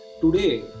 today